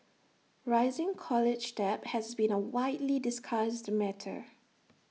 rising college debt has been A widely discussed matter